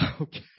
okay